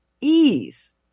ease